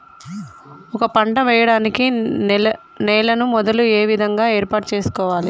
ఒక పంట వెయ్యడానికి నేలను మొదలు ఏ విధంగా ఏర్పాటు చేసుకోవాలి?